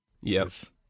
Yes